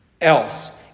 else